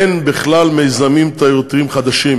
אין בכלל מיזמים תיירותיים חדשים,